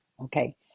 okay